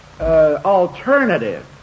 alternative